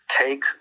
Take